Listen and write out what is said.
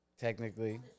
technically